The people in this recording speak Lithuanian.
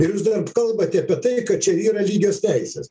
ir jūs dar kalbate apie tai kad čia yra lygios teisės